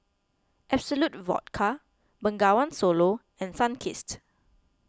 Absolut Vodka Bengawan Solo and Sunkist